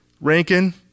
Rankin